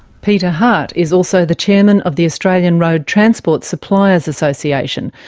peter hart is also the chairman of the australian road transport suppliers association,